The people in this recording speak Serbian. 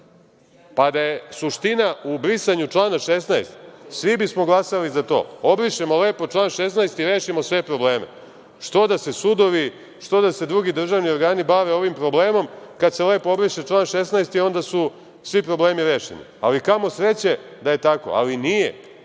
16.Da je suština u brisanju člana 16, svi bismo glasali za to. Obrišemo lepo član 16. i rešimo sve probleme. Što da se sudovi, što da se drugi državni organi bave ovim problemom kada se lepo obriše član 16. i onda su svi problemi rešeni? Kamo sreće da je tako, ali nije.